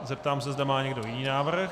Zeptám se, zda má někdo jiný návrh.